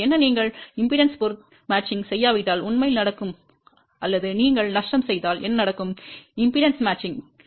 என்ன நீங்கள் மின்மறுப்பு பொருத்தத்தை செய்யாவிட்டால் உண்மையில் நடக்கும் அல்லது நீங்கள் நஷ்டம் செய்தால் என்ன நடக்கும் மின்மறுப்பு பொருத்தமா